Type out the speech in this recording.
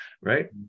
Right